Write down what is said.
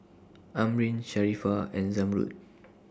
Amrin Sharifah and Zamrud